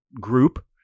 group